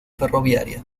ferroviaria